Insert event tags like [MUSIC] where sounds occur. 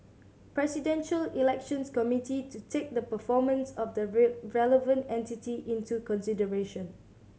Presidential Elections Committee to take the performance of the [UNINTELLIGIBLE] relevant entity into consideration